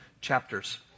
chapters